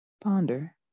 Ponder